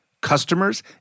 customers